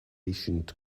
ancient